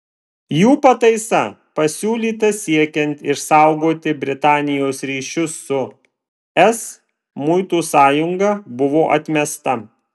jų pataisa pasiūlyta siekiant išsaugoti britanijos ryšius su es muitų sąjunga buvo atmesta